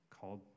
called